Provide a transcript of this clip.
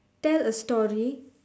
tell a story